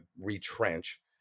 retrench